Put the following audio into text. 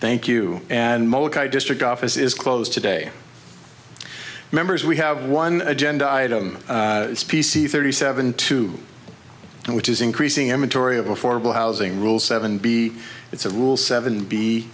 thank you and most district office is closed today members we have one agenda item it's p c thirty seven two which is increasing amatory of affordable housing rules seven b it's a rule seven b